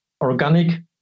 organic